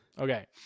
Okay